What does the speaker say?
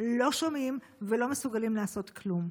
לא שומעים ולא מסוגלים לעשות כלום.